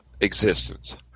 existence